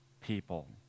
people